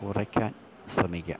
കുറയ്ക്കാൻ ശ്രമിക്കാം